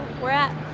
where at?